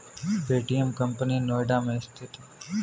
Paytm company Noida में स्थित है